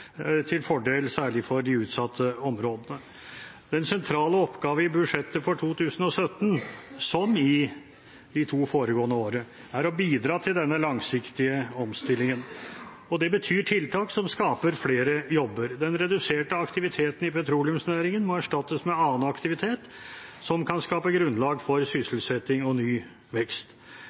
til fordel for særlig de utsatte områdene. Den sentrale oppgaven i budsjettet for 2017, som i de to foregående årene, er å bidra til denne langsiktige omstillingen. Det betyr tiltak som skaper flere jobber. Den reduserte aktiviteten i petroleumsnæringen må erstattes med annen aktivitet som kan skape grunnlag for sysselsetting og ny vekst.